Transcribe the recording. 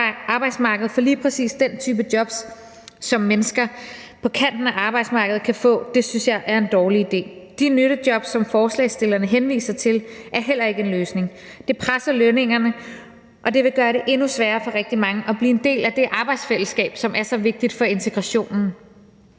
arbejdsmarkedet for lige præcis den type jobs, som mennesker på kanten af arbejdsmarkedet kan få, synes jeg er en dårlig idé. De nyttejob, som forslagsstillerne henviser til, er heller ikke en løsning. Det presser lønningerne, og det vil gøre det endnu sværere for rigtig mange at blive en del af det arbejdsfællesskab, som er så vigtigt for integrationen.